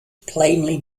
plainly